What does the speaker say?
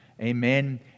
Amen